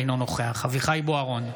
אינו נוכח אביחי אברהם בוארון,